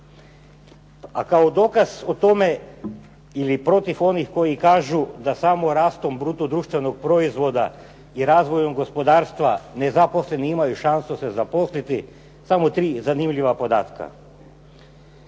A kao dokaz o tome ili protiv onih koji kažu da samo rastom bruto društvenog proizvoda i razvojem gospodarstva nezaposleni imaju šansu se zaposliti, samo tri zanimljiva podatka.